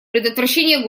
предотвращение